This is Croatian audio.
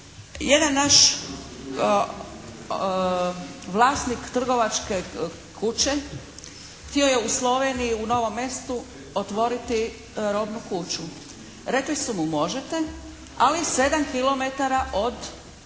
Jedan naš vlasnik trgovačke kuće htio je u Sloveniji, u Novom Mestu otvoriti robnu kuću. Rekli su mu: «Možete, ali 7 kilometara od